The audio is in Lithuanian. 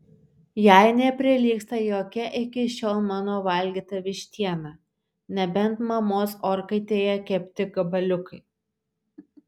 jai neprilygsta jokia iki šiol mano valgyta vištiena nebent mamos orkaitėje kepti gabaliukai